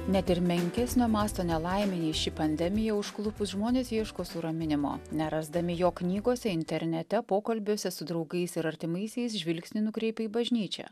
net ir menkesnio masto nelaimei nei ši pandemija užklupus žmonės ieško suraminimo nerasdami jo knygose internete pokalbiuose su draugais ir artimaisiais žvilgsnį nukreipia į bažnyčią